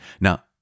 Now